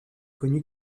connue